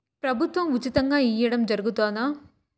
ప్రభుత్వం ఉచితంగా ఇయ్యడం జరుగుతాదా?